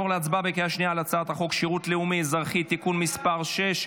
להצבעה בקריאה שנייה על הצעת החוק שירות לאומי-אזרחי (תיקון מס' 6),